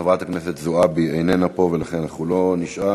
חברת הכנסת זועבי איננה פה, ולכן אנחנו לא נשאל.